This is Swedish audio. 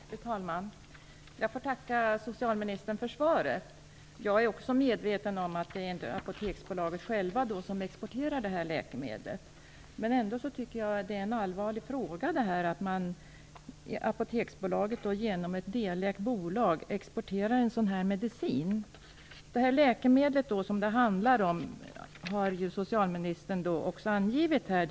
Fru talman! Jag får tacka socialministern för svaret. Jag är medveten om att det inte är Apoteksbolaget självt som exporterar detta läkemedel. Ändå tycker jag att det är allvarligt att Apoteksbolaget genom ett delägt bolag exporterar en sådan medicin. Det läkemedel som det handlar om har socialministern angivit i svaret.